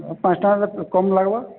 ପାଞ୍ଚ ଶହ ଟଙ୍କା କମ୍ ଲାଗ୍ବା